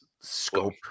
Scope